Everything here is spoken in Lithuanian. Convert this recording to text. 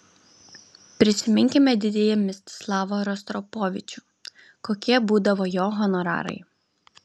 prisiminkime didįjį mstislavą rostropovičių kokie būdavo jo honorarai